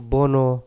Bono